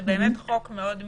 זה באמת חוק מאוד מתקדם.